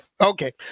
Okay